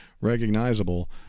recognizable